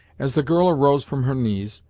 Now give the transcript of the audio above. as the girl arose from her knees,